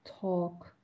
talk